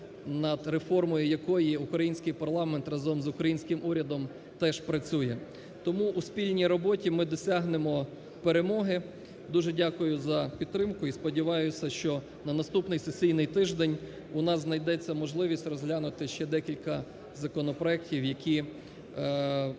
над реформою якої український парламент разом з українським урядом теж працює. Тому у спільній роботі ми досягнемо перемоги. Дуже дякую за підтримку і сподіваюся, що на наступний сесійний тиждень у нас знайдеться можливість розглянути ще декілька законопроектів, які